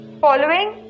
following